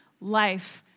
life